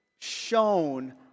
shown